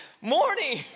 morning